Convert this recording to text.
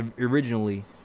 originally